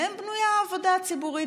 מהם בנויה העבודה הציבורית,